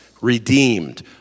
redeemed